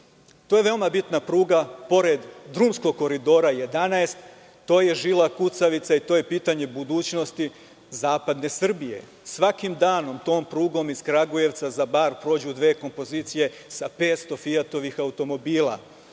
To je veoma bitna pruga, pored drumskog Koridora 11, to je žila kucavica i to je pitanje budućnosti zapadne Srbije. Svakim danom tom prugom iz Kragujevca za Bar prođu dve kompozicije sa 500 fijatovih automobila. Znači,